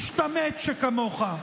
משתמט שכמוך.